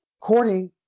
according